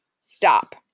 stop